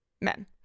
men